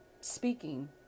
speaking